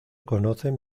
conocen